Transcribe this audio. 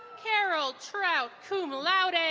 carol trout, cum laude. and